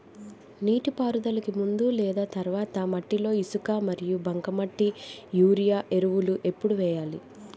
నీటిపారుదలకి ముందు లేదా తర్వాత మట్టిలో ఇసుక మరియు బంకమట్టి యూరియా ఎరువులు ఎప్పుడు వేయాలి?